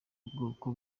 ubwoko